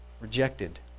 Rejected